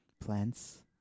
Plants